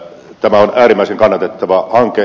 tämä on äärimmäisen kannatettava hanke